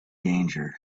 danger